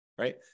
right